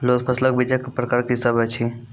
लोत फसलक बीजक प्रकार की सब अछि?